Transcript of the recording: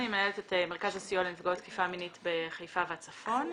מנהלת את מרכז הסיוע לנפגעות תקיפה מינית בחיפה והצפון.